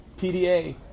PDA